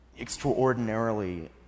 extraordinarily